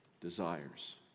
desires